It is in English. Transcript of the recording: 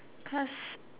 cuz